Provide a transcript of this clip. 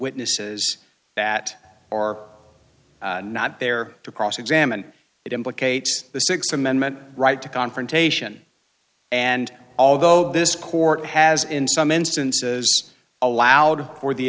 witnesses that are not there to cross examine it implicates the sixth amendment right to confrontation and although this court has in some instances allowed for the